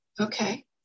Okay